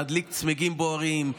להדליק צמיגים בוערים,